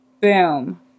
boom